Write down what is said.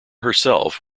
herself